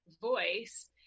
voice